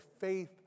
faith